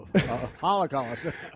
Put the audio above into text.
holocaust